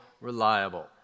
reliable